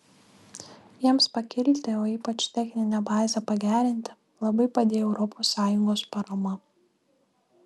jiems pakilti o ypač techninę bazę pagerinti labai padėjo europos sąjungos parama